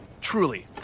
Truly